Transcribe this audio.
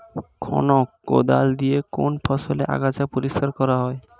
খনক কোদাল দিয়ে কোন ফসলের আগাছা পরিষ্কার করা হয়?